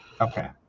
Okay